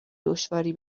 دشواری